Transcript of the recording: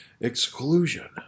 exclusion